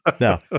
No